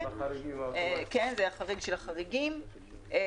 זה החריג של החריגים.